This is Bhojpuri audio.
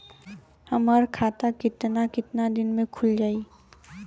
हमर खाता कितना केतना दिन में खुल जाई?